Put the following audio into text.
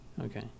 Okay